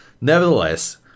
nevertheless